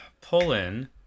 pull-in